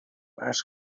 فرض